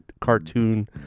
cartoon